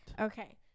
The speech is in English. Okay